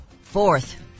Fourth